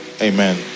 Amen